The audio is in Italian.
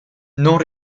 non